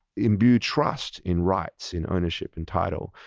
imbue trust in rights, in ownership, in title,